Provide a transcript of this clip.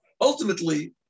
Ultimately